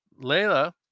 Layla